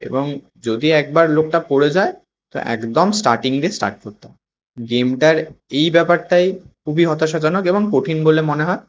এবং যদি একবার লোকটা পড়ে যায় তো একদম স্টার্টিং দিয়ে স্টার্ট করতে হয় গেমটার এই ব্যাপারটাই খুবই হতাশাজনক এবং কঠিন বলে মনে হয়